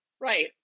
right